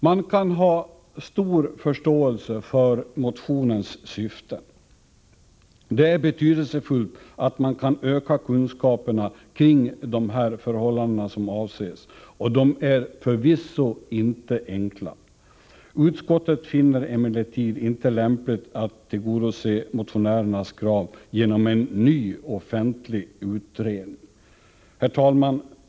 Man kan ha stor förståelse för motionens syften. Det är betydelsefullt att man kan öka kunskaperna kring de förhållanden som avses, och de är förvisso inte enkla. Utskottet finner det emellertid inte lämpligt att tillgodose motionärernas krav genom en ny offentlig utredning. Herr talman!